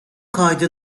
kaydı